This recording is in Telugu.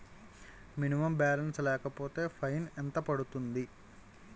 మినిమం బాలన్స్ లేకపోతే ఫైన్ ఎంత పడుతుంది?